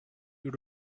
you